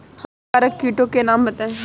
हानिकारक कीटों के नाम बताएँ?